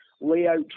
layout